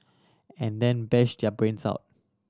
and then bash their brains out